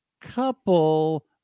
couple